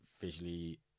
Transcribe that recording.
visually